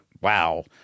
wow